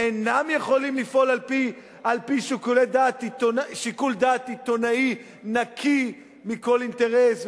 אינם יכולים לפעול על-פי שיקול דעת עיתונאי נקי מכל אינטרס,